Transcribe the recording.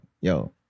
yo